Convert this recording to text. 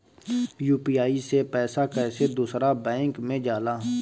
UPI से पैसा कैसे दूसरा बैंक मे जाला?